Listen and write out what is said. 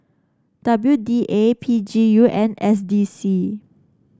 W D A P G U and S D C